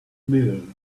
milk